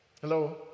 hello